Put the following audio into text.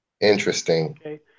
Interesting